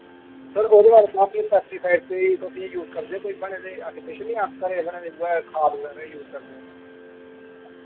sir ओह्दे बारे सनाओ कि पैस्टिसाइड कोई तुसी यूज करदे ओ कोई बने दे आर्टीफिशल जां घरै दे बने दे उ'ऐ खाद बगैरा गै यूज करदे ओ